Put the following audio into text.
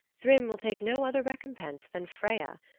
thrym will take no other recompense than freya.